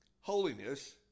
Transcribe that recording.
holiness